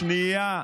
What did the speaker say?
שנייה,